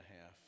half